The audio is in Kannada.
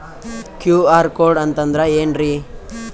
ಕ್ಯೂ.ಆರ್ ಕೋಡ್ ಅಂತಂದ್ರ ಏನ್ರೀ?